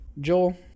Joel